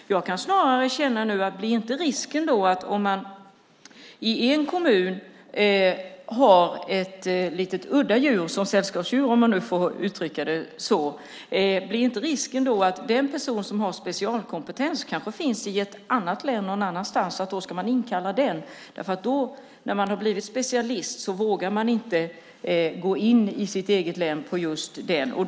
Nu kan jag snarare känna att om det i en kommun finns ett lite udda sällskapsdjur blir risken att den som har specialkompetens och som måste inkallas kanske finns i ett annat län. När det finns en specialist vågar man inte gå in och göra något i sitt eget län på specialistens område.